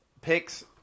picks